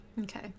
Okay